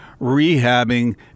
rehabbing